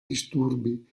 disturbi